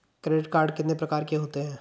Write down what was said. Credit card कितने प्रकार के होते हैं?